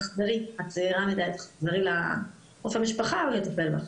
תחזרי לרופא המשפחה לטפל בך".